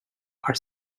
are